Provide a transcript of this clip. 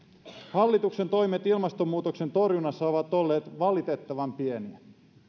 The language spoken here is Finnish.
hallituksen toimet ilmastonmuutoksen torjunnassa ovat olleet valitettavan pieniä